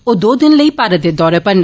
ओह् दो दिने लेई भारत दे दौरे उप्पर न